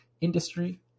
industry